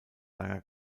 langer